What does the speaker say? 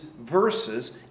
verses